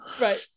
Right